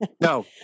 No